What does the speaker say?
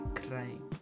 crying